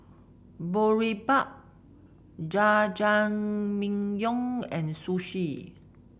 Boribap Jajangmyeon and Sushi